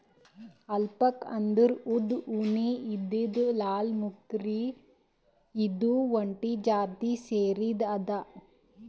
alpaca ಅಂದ್ರ ಉದ್ದ್ ಉಣ್ಣೆ ಇದ್ದಿದ್ ಲ್ಲಾಮ್ಕುರಿ ಇದು ಒಂಟಿ ಜಾತಿಗ್ ಸೇರಿದ್ ಪ್ರಾಣಿ ಅದಾ